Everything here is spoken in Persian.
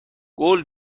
قول